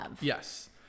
Yes